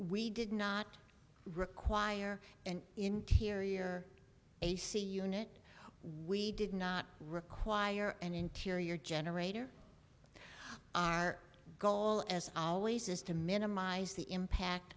we did not require an interior ac unit we did not require an interior generator our goal as always is to minimize the impact